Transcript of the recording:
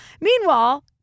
meanwhile